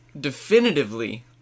definitively